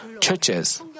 churches